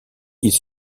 ils